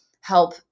help